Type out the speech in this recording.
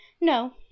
no